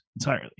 entirely